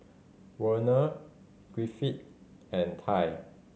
Werner Griffith and Tye